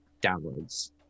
downwards